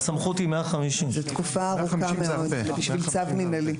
זו תקופה ארוכה מאוד בשביל צו מינהלי.